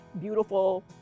beautiful